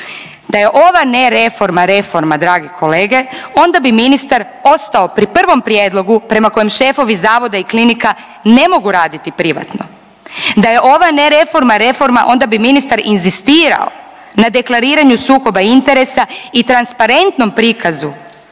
Da je ova nereforma reforma dragi kolege onda bi ministar ostao pri prvom prijedlogu prema kojem šefovi zavoda i klinika ne mogu raditi privatno. Da je ova nereforma reforma onda bi ministar inzistirao na deklariranju sukoba interesa i transparentnom prikazu